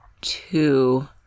two